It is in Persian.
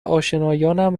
آشنایانم